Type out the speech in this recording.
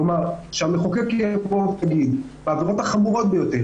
כלומר שהמחוקק יגיד: בעבירות החמורות ביותר,